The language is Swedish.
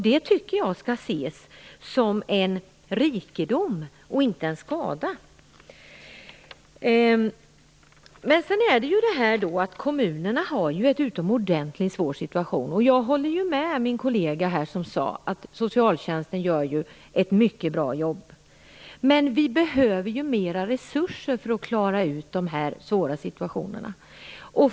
Jag tycker att det skall ses som en rikedom och inte som en skada. Kommunerna har ju en utomordentligt svår situation. Jag håller med min kollega som sade att socialtjänsten gör ett mycket bra jobb. Men vi behöver ju mer resurser för att klara ut dessa svåra situationer.